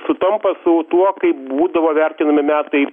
sutampa su tuo kaip būdavo vertinami metai